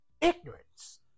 ignorance